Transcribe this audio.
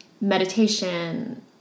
meditation